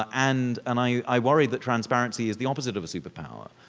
and and i worried the transparency is the opposite of the super power.